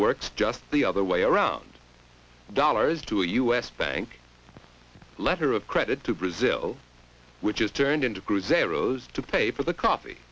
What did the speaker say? works just the other way around dollars to a u s bank letter of credit to brazil which is turned into cruzeiros to pay for the coffee